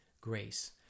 grace